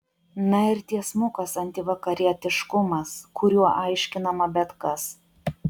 na ir tiesmukas antivakarietiškumas kuriuo aiškinama bet kas